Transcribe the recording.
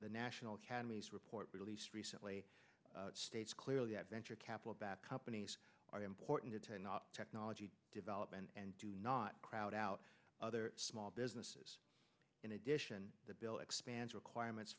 the national academies report released recently states clearly that venture capital back companies are important in technology development and do not crowd out other small businesses in addition the bill expands requirements